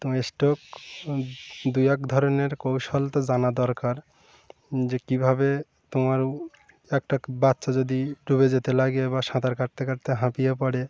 তোমার স্ট্রোক দু এক ধরনের কৌশল তো জানা দরকার যে কীভাবে তোমার একটা বাচ্চা যদি ডুবে যেতে লাগে বা সাঁতার কাটতে কাটতে হাঁপিয়ে পড়ে